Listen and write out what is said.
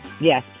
Yes